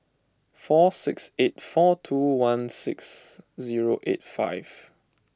four six eight four two one six zero eight five